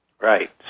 Right